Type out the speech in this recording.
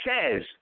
says